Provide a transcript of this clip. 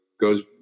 goes